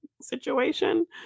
situation